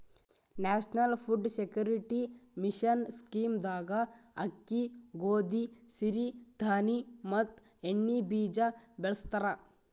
national food security mission scheme ದಾಗ ಅಕ್ಕಿ, ಗೋದಿ, ಸಿರಿ ಧಾಣಿ ಮತ್ ಎಣ್ಣಿ ಬೀಜ ಬೆಳಸ್ತರ